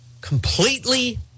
Completely